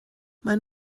maen